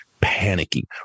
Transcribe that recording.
panicky